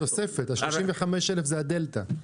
התוספת, ה-35,000 זה הדלתא.